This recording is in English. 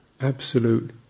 absolute